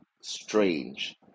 strange